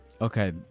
Okay